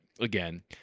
Again